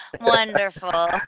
Wonderful